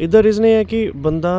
ਇਹਦਾ ਰੀਜ਼ਨ ਇਹ ਹੈ ਕਿ ਬੰਦਾ